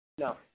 No